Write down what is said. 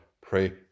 pray